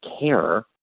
care